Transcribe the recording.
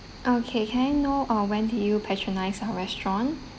ah okay can I know ah when you patronise our restaurant